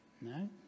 No